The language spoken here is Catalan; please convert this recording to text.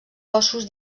ossos